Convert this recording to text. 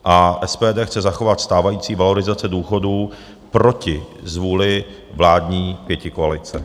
A SPD chce zachovat stávající valorizace důchodů proti zvůli vládní pětikoalice.